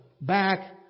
back